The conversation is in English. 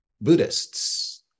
Buddhists